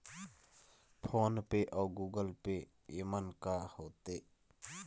Phone पे अउ Google Pay येमन का होते?